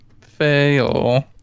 Fail